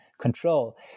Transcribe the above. control